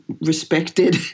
respected